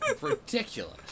Ridiculous